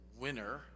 winner